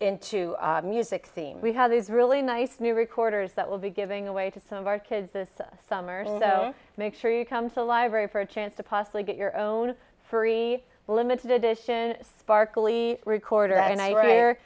into music scene we have these really nice new recorders that will be giving away to some of our kids this summer so make sure you come to the library for a chance to possibly get your own free limited edition sparkly recorder